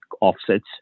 offsets